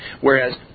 Whereas